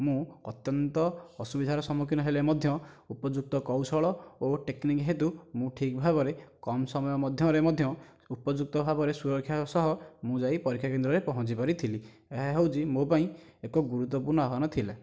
ମୁଁ ଅତ୍ୟନ୍ତ ଅସୁବିଧାରେ ସମ୍ମୁଖୀନ ହେଲେ ମଧ୍ୟ ଉପଯୁକ୍ତ କୌଶଳ ଓ ଟେକ୍ନିକ ହେତୁ ମୁଁ ଠିକ ଭାବରେ କମ ସମୟରେ ମଧ୍ୟରେ ମଧ୍ୟ ଉପଯୁକ୍ତ ଭାବରେ ସୁରକ୍ଷାର ସହ ମୁଁ ଯାଇ ପରୀକ୍ଷା କେନ୍ଦ୍ରରେ ପହଞ୍ଚି ପାରିଥିଲି ଏହା ହେଉଛି ମୋ ପାଇଁ ଏକ ଗୁରୁତ୍ୱପୂର୍ଣ୍ଣ ଆହ୍ୱାନ ଥିଲା